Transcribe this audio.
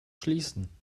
schließen